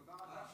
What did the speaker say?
תודה רבה.